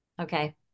Okay